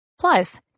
plus